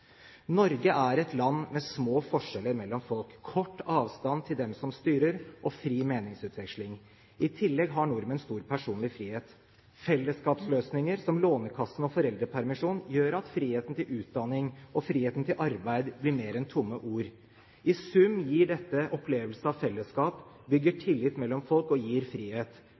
Norge er et land med små forskjeller mellom folk, kort avstand til dem som styrer og fri meningsutveksling. I tillegg har nordmenn stor personlig frihet. Fellesskapsløsninger som Lånekassen og foreldrepermisjon gjør at friheten til utdanning og friheten til arbeid blir mer enn tomme ord. I sum gir dette opplevelse av fellesskap, det bygger tillit mellom folk og gir frihet.